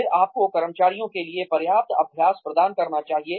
फिर आपको कर्मचारियों के लिए पर्याप्त अभ्यास प्रदान करना चाहिए